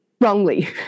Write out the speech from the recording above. wrongly